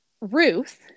ruth